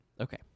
Okay